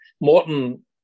Morton